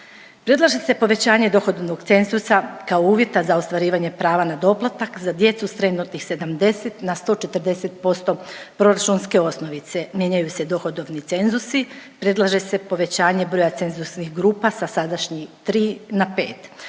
Predlaže se povećanje dohodovnog cenzusa kao uvjeta za ostvarivanje prava na doplatak za djecu s trenutnih 70 na 140% proračunske osnovice. Mijenjaju se dohodovni cenzusi, predlaže se povećanje broj cenzusnih grupa sa sadašnjih 3 na 5,